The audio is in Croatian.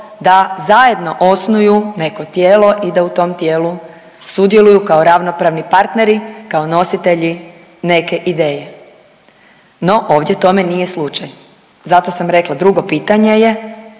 da zajedno osnuju neko tijelo i da u tom tijelu sudjeluju kao ravnopravni partneri, kao nositelji neke ideje. No, ovdje tome nije slučaj. Zato sam rekla drugo pitanje je